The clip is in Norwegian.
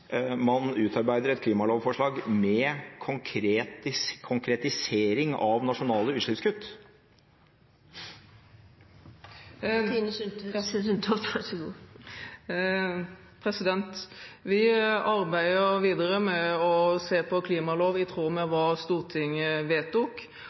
man utarbeider et klimalovforslag med konkretisering av nasjonale utslippskutt? Vi arbeider videre med å se på klimalov i tråd med hva Stortinget vedtok,